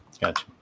Gotcha